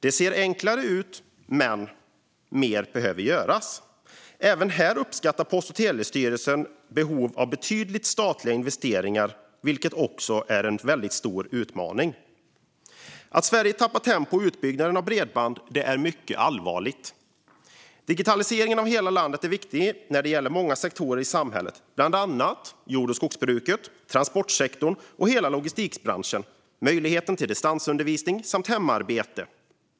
Det kan gå lättare, men mer behöver göras. Även här uppskattar Post och telestyrelsen att det finns behov av betydande statliga investeringar, vilket är en stor utmaning. Att Sverige tappar tempo i utbyggnaden av bredband är allvarligt. Digitaliseringen av hela landet är viktig när det gäller många sektorer i samhället, bland annat för jord och skogsbruk, för transportsektor och logistikbransch och för möjligheten till distansundervisning och hemarbete.